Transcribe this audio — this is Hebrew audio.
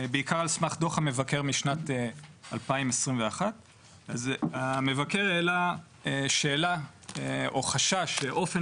בעיקר על סמך דוח המבקר משנת 2021. המבקר העלה שאלה או חשש לאופן